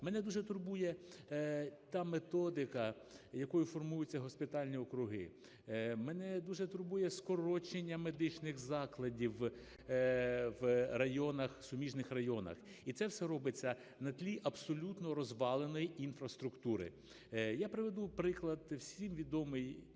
мене дуже турбує та методика, якою формуються госпітальні округи. Мене дуже турбує скорочення медичних закладів в районах, суміжних районах. І це все робиться на тлі абсолютно розваленої інфраструктури. Я приведу приклад. Всім відомий,